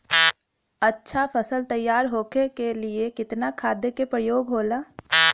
अच्छा फसल तैयार होके के लिए कितना खाद के प्रयोग होला?